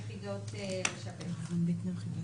יקבלו מספר תעודת זהות.